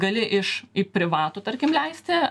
gali iš į privatų tarkim leisti